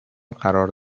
قرار